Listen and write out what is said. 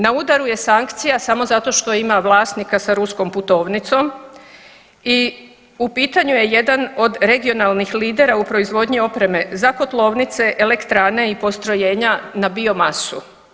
Na udaru je sankcija samo zato što ima vlasnika sa ruskom putovnicom i u pitanju je jedan od regionalnih lidera u proizvodnji opreme za kotlovnice, elektrane i postrojenja na biomasu.